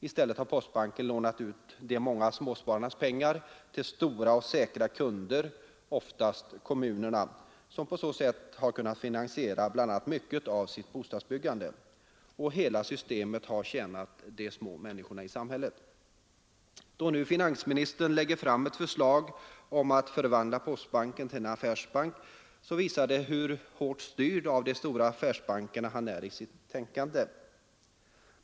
I stället har postbanken lånat ut de många småspararnas pengar till stora och säkra kunder — oftast kommunerna, som på så sätt kunnat finansiera mycket av sitt bostadsbyggande. Hela systemet har tjänat de små människorna i samhället. Då nu finansministern lägger fram ett förslag om att förvandla postbanken till en affärsbank, visar det hur hårt styrd av de stora affärsbankerna han är i sitt tänkande.